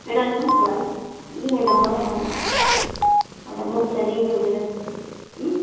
ଇ'ଟା ଦେଖୁନ୍ ହେବା କାଏଁ ନି ଇ'ଟା ଭଲ୍ ହେବାନେ ଆଉ ଇ'ଟା ବହୁତ୍ ସେଲିଂ ବି ହେଉଛେ ଦେଖୁନ୍